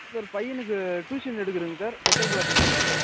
sir பையனுக்கு tuition எடுக்கறேங்க sir special class எடுக்கறேங்க சார்